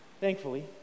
Thankfully